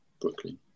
Brooklyn